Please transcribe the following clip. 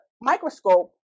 microscope